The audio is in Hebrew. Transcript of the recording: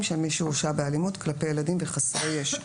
של מי שהורשע באלימות כלפי ילדים וחסרי ישע,